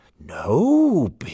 No